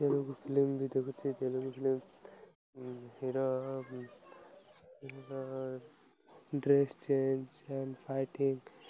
Telugu film ବି ଦେଖୁଛି Telugu film heroine dress change and fighting